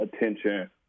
attention